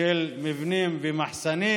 של מבנים ומחסנים,